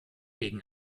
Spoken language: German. gegen